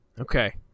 Okay